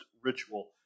ritual